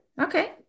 Okay